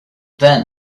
then